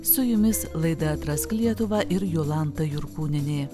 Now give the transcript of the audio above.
su jumis laida atrask lietuvą ir jolanta jurkūnienė